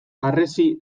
harresi